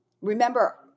remember